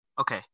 Okay